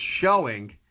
showing